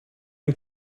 ein